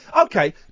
Okay